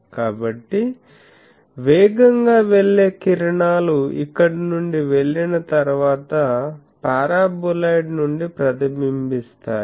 కాబట్టి వేగంగా వెళ్లే కిరణాలు ఇక్కడ నుండి వెళ్లిన తరువాత పారాబొలాయిడ్ నుండి ప్రతిబింబిస్థాయి